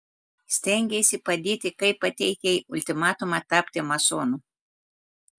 stengeisi padėti kai pateikei ultimatumą tapti masonu